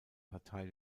partei